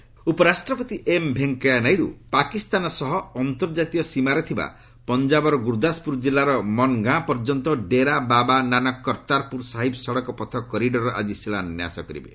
Kartarpur corridor ଉପରାଷ୍ଟ୍ରପତି M Venkaiah Naidu Pakistan ସହ ଅନ୍ତର୍ଜାତୀୟ ସୀମାରେ ଥିବା ପଞ୍ଜାବର ଗୁରୁଦାସପୁର କିଲ୍ଲାର ମାନ୍ ଗାଁ ପର୍ଯ୍ୟନ୍ତ ଡେରା ବାବା ନାନକ କର୍ତ୍ତାପୁର ସାହିବ୍ ସଡ଼କ ପଥ କରିଡର୍ର ଆଜି ଶିଳାନ୍ୟାସ କରିବେ